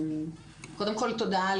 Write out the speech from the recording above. קודם כול, תודה.